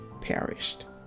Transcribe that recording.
perished